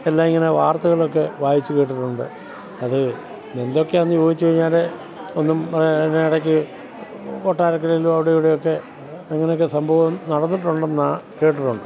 എല്ലാം ഇങ്ങനെ വാര്ത്തകളൊക്കെ വായിച്ച് കേട്ടിട്ടുണ്ട് അത് എന്തൊക്കെയാണെന്ന് ചോദിച്ചു കഴിഞ്ഞാൽ ഒന്നും പിന്നെ ഇടയ്ക്ക് കൊട്ടാരക്കരയിലോ അവിടെ ഇവിടെയൊക്കെ അങ്ങനെയൊക്കെ സംഭവം നടന്നിട്ടുണ്ടെന്നാ കേട്ടിട്ടുണ്ട്